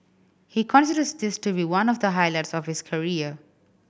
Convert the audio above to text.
he considers this to be one of the highlights of his career